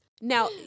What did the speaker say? Now